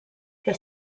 his